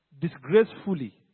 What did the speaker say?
disgracefully